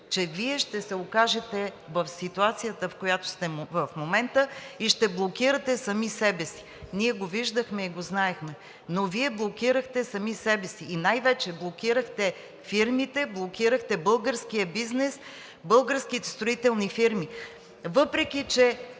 че Вие ще се окажете в ситуацията, в която сте в момента, и ще блокирате сами себе си. Ние го виждахме и го знаехме, но Вие блокирахте сами себе си и най-вече блокирахте фирмите, блокирахте българския бизнес, българските строителни фирми, въпреки че